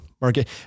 market